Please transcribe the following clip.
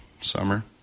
summer